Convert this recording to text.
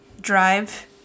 drive